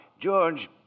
George